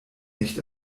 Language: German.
nicht